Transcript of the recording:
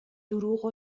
دروغ